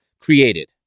created